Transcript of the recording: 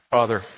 Father